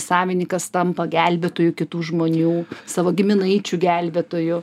savininkas tampa gelbėtoju kitų žmonių savo giminaičių gelbėtoju